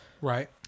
Right